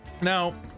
Now